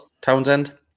Townsend